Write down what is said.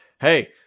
hey